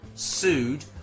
sued